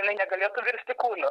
jinai negalėtų virsti kūnu